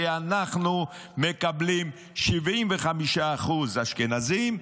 כי אנחנו מקבלים 75% אשכנזים,